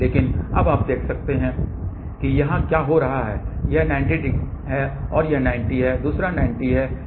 लेकिन अब हम देखते हैं कि यहां क्या हो रहा है यह 90 है एक और 90 है दूसरा 90 है